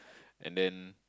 and then